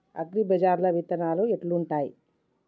అగ్రిబజార్ల విత్తనాలు ఎట్లుంటయ్?